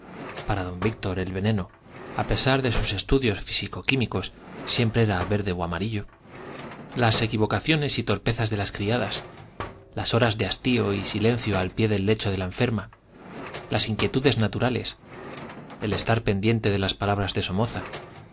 dosis el pavor que le inspiraban las medicinas verdosas creyendo que podían ser veneno para don víctor el veneno a pesar de sus estudios físico químicos siempre era verde o amarillo las equivocaciones y torpezas de las criadas las horas de hastío y silencio al pie del lecho de la enferma las inquietudes naturales el estar pendiente de las palabras de somoza